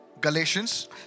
Galatians